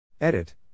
Edit